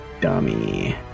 Dummy